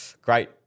great